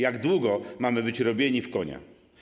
Jak długo mamy być robieni w konia?